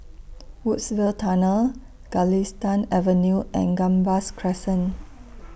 Woodsville Tunnel Galistan Avenue and Gambas Crescent